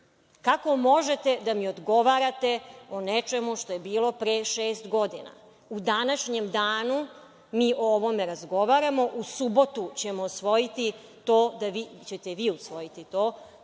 Kako možete da mi odgovarate o nečemu što je bilo pre šest godina? U današnjem danu mi o ovome razgovaramo. U subotu ćemo usvojiti to,